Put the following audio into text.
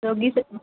ରୋଗୀ ସ